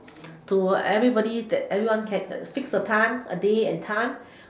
to everybody that everyone can fix a time a day and time